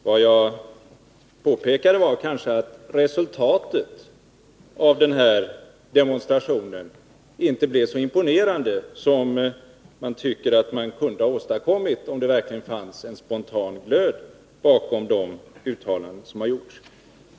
Vad jag påpekade var att resultatet av demonstrationen kanske inte blev så imponerande som det kan tyckas att man kunde ha åstadkommit, om det verkligen fanns en spontan glöd bakom de uttalanden som har gjorts.